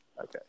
Okay